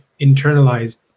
internalized